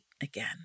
again